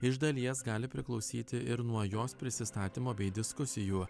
iš dalies gali priklausyti ir nuo jos prisistatymo bei diskusijų